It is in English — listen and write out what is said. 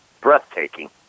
breathtaking